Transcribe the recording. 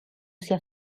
sia